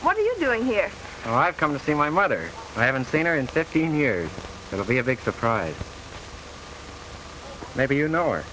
what are you doing here and i've come to feed my mother i haven't seen her in fifteen years it'll be a big surprise maybe you know or